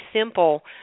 simple